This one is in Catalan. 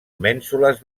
mènsules